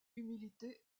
humilité